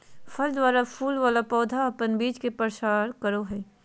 फल द्वारा फूल वाला पौधा अपन बीज के प्रसार करो हय